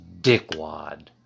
dickwad